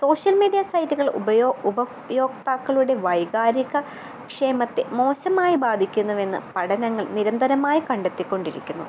social media സൈറ്റുകൾ ഉപയോക്താക്കളുടെ വൈകാരിക ക്ഷേമത്തെ മോശമായി ബാധിക്കുന്നു എന്ന് പഠനങ്ങൾ നിരന്തരമായി കണ്ടെത്തിക്കൊണ്ടിരിക്കുന്നു